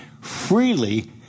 freely